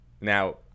now